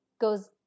goes